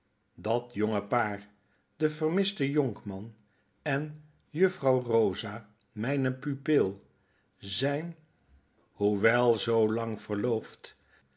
dat jonge paar de vermiste jonkman en juffrouw eosa myne pupil zyn hoewel verloofd